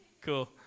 Cool